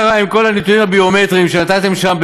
אני מנסה לברר מה קרה עם כל הנתונים הביומטריים שנתתם שם,